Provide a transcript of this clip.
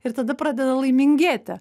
ir tada pradeda laimingėti